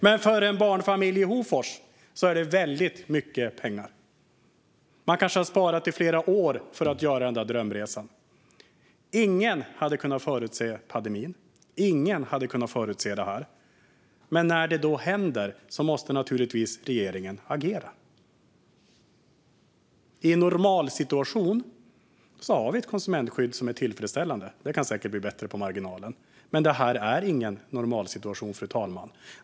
Men för en barnfamilj i Hofors är det väldigt mycket pengar. Man kanske har sparat i flera år för att göra den där drömresan. Ingen hade kunnat förutse pandemin. Men när detta händer måste regeringen naturligtvis agera. I en normalsituation har vi ett konsumentskydd som är tillfredsställande. Det kan säkert bli bättre på marginalen. Men detta är, fru talman, ingen normalsituation.